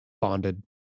bonded